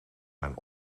zijn